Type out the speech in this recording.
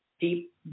deep